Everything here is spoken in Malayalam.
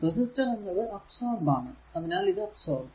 റെസിസ്റ്റർ എന്നത് അബ്സോർബ് ആണ് അതിനാൽ ഇത് അബ്സോർബ്